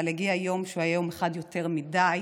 אבל הגיע יום שהיה יום אחד יותר מדי,